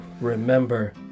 remember